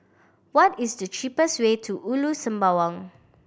what is the cheapest way to Ulu Sembawang